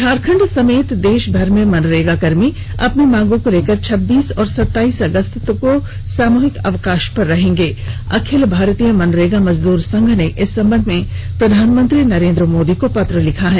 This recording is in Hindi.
झारखंड समेत देशभर के मनरेगा कर्मी अपनी मांगों को लेकर छब्बीस और सताइस अगस्त को सामूहिक अवकाश पर रहेंगे अखिल भारतीय मनरेगा मजदूर संघ ने इस संबंध में प्रधानमंत्री नरेंद्र मोदी को पत्र लिखा है